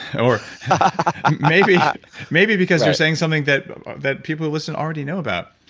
or maybe yeah maybe because you're saying something that that people who listen already know about.